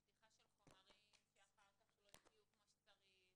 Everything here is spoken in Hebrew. פתיחה של חומרים שאחר כך לא יגיעו כמו שצריך,